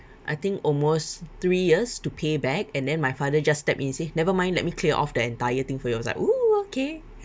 I think almost three years to pay back and then my father just step in say never mind let me clear off the entire thing for you I was like oo okay